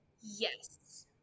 Yes